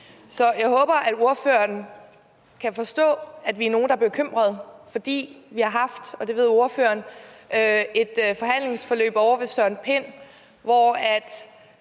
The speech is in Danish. Jeg håber, ordføreren kan forstå, at vi er nogle, der er bekymrede, for vi har haft – og det ved ordføreren – et forhandlingsforløb ovre hos den tidligere